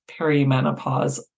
perimenopause